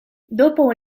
dopo